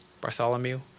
Bartholomew